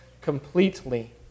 completely